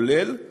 כולל,